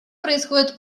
происходят